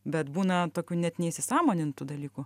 bet būna tokių net neįsisąmonintų dalykų